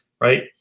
right